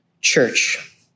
church